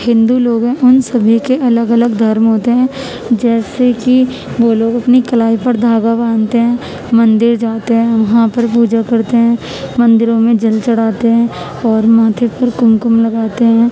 ہندو لوگ ہیں ان سبھی کے الگ الگ دھرم ہوتے ہیں جیسے کہ وہ لوگ اپنی کلائی پر دھاگا باندھتے ہیں مندر جاتے ہیں وہاں پر پوجا کرتے ہیں مندروں میں جل چڑھاتے ہیں اور ماتھے پر قم قم لگاتے ہیں